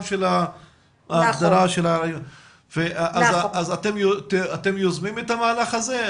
של --- אז אתם יוזמים את המהלך הזה?